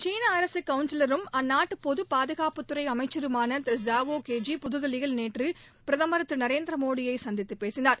சீன அரசு கவுன்சிலரும் அந்நாட்டு பொது பாதுகாப்பு துறை அமைச்சருமான திரு ஜாவோ கேஜி புதுதில்லியில் நேற்று பிரதமர் திரு நரேந்திர மோடியை சந்தித்து பேசினார்